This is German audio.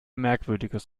merkwürdiges